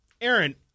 Aaron